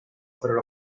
fueron